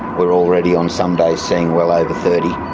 we're already on some days seeing well over thirty.